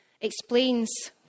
explains